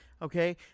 Okay